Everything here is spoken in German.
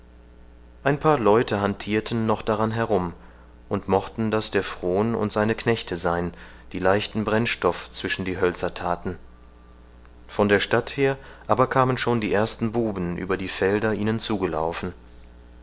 ein paar leute hantirten noch daran herum und mochten das der fron und seine knechte sein die leichten brennstoff zwischen die hölzer thaten von der stadt her aber kamen schon die ersten buben über die felder ihnen zugelaufen